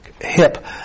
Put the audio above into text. hip